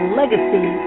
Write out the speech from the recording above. legacy